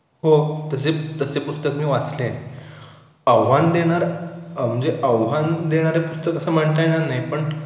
हो तसे तसे पुस्तक मी वाचले आहे आव्हान देणारं म्हणजे आव्हान देणारं पुस्तक असं म्हणता येणार नाही पण